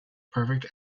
perfect